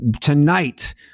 tonight